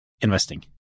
investing